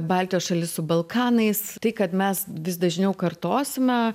baltijos šalis su balkanais tai kad mes vis dažniau kartosime